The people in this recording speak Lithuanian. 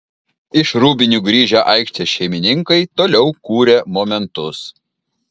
iš rūbinių grįžę aikštės šeimininkai toliau kūrė momentus